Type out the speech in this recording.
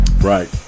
Right